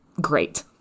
great